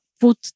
put